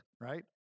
right